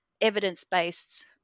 evidence-based